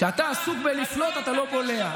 כשאתה עסוק בלפלוט אתה לא בולע.